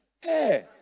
Hey